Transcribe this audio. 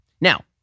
Now